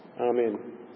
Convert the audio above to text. Amen